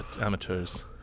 amateurs